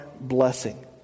blessing